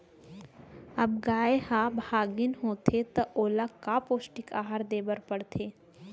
जब गाय ह गाभिन होथे त ओला का पौष्टिक आहार दे बर पढ़थे?